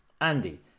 Andy